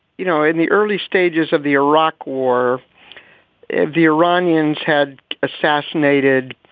you know, in the early stages of the iraq war if the iranians had assassinated